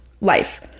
life